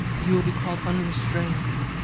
you will be called unrestrained.